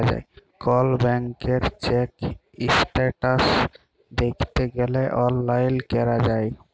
call ব্যাংকের check status দ্যাইখতে গ্যালে অললাইল ক্যরা যায়